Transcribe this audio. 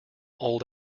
old